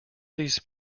these